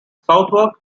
southwark